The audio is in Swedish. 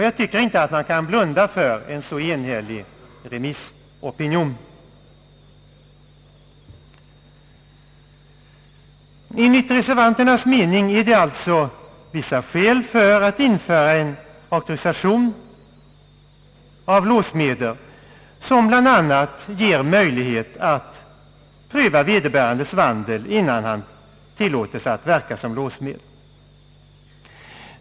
Jag tycker inte man kan blunda för en så enhällig remissopinion. Enligt reservanternas mening finns det alltså vissa skäl för att införa en auktorisation av låssmeder som bl.a. ger möjlighet att pröva vederbörandes vandel innan han tillåtes att verka som låssmed.